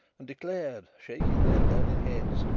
and declared, shaking their learned heads,